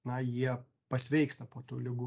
na jie pasveiksta po tų ligų